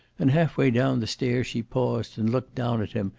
and half-way down the stairs she paused and looked down at him,